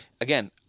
Again